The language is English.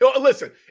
Listen